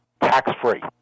tax-free